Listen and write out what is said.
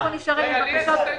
אנחנו עומדים מול אנשים מסכנים.